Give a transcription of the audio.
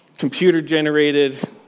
computer-generated